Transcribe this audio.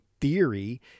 theory